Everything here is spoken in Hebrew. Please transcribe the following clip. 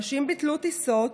אנשים ביטלו טיסות.